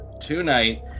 tonight